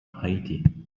haiti